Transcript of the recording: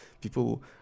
people